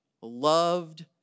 loved